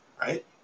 right